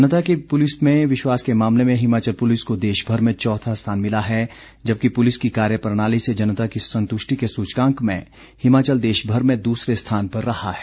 जनता के पुलिस में विश्वास के मामले में हिमाचल पुलिस को देशभर में चौथा स्थान मिला है जबकि पुलिस की कार्य प्रणाली से जनता की संतुष्टि के सूचकांक में हिमाचल देशभर में दूसरे स्थान पर रहा है